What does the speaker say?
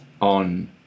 on